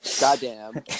Goddamn